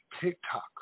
TikTok